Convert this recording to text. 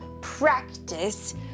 practice